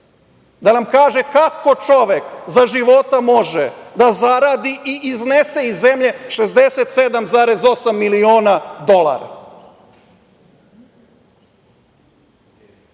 da nam kaže, kako čovek za života može da zaradi i iznese iz zemlje 67,8 miliona dolara. Na